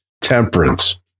Temperance